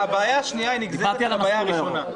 לא, הבעיה השנייה נגזרת של הבעיה הראשונה.